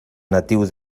natiu